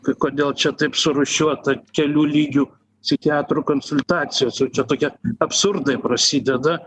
kodėl čia taip surūšiuota kelių lygių psichiatrų konsultacijos jau čia tokie absurdai prasideda